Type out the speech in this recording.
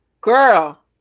Girl